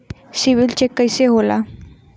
CIBIL check कइसे होला?